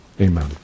amen